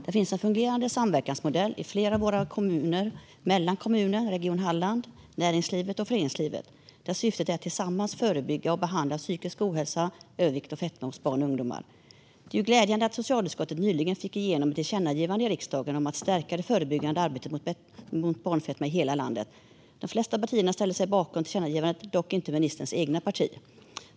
Där finns en fungerande samverkansmodell i flera av våra kommuner, och mellan kommuner och Region Halland, näringslivet och föreningslivet. Den syftar till att man tillsammans ska förebygga och behandla psykisk ohälsa, övervikt och fetma hos barn och ungdomar. Det är glädjande att socialutskottet nyligen fick igenom ett tillkännagivande i riksdagen om att stärka det förebyggande arbetet mot barnfetma i hela landet. De flesta partierna ställde sig bakom tillkännagivandet, dock inte ministerns eget parti.